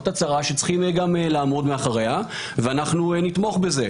זו הצהרה שצריך לעמוד מאחוריה ונתמוך בזה.